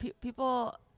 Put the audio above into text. people